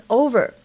over